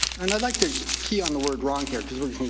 and i'd like to key on the word wrong here.